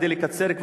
כדי לקצר,